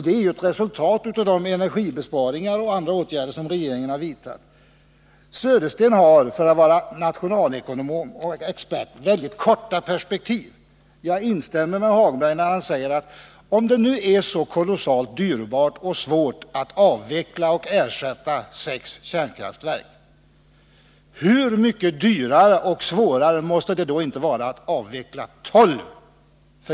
Det är ju ett resultat av de energibesparingar och andra åtgärder som regeringen har vidtagit. Bo Södersten har för att vara nationalekonom och expert väldigt korta perspektiv. Jag instämmer med Lars-Ove Hagberg när han säger: Om det nu är så kolossalt dyrbart och svårt att avveckla och ersätta 6 kärnkraftverk, hur mycket dyrare och svårare måste det inte då vara att avveckla 12?